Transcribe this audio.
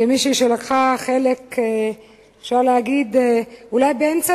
כמישהי שלקחה חלק אפשר להגיד אולי באמצע